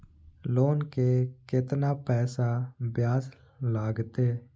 Loan के केतना पैसा ब्याज लागते?